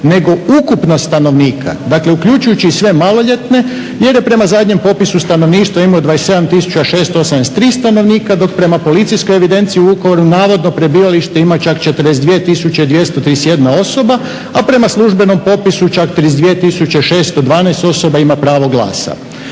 nego ukupno stanovnika. Dakle, uključujući i sve maloljetne jer je prema zadnjem popisu stanovništva imao 27683 stanovnika, dok prema policijskoj evidenciji u Vukovaru navodno prebivalište ima čak 42231 osoba, a prema službenom popisu čak 32612 osoba ima pravo glasa.